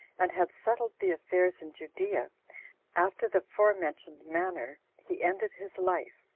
and had settled the affairs in judea after the forementioned manner, he ended his life.